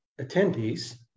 attendees